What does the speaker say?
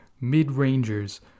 mid-rangers